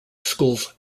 schools